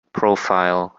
profile